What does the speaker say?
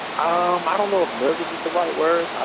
um ah don't know if nervous is the right word. ah